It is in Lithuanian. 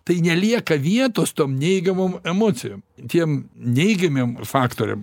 tai nelieka vietos tom neigiamom emocijom tiem neigiamiem faktoriam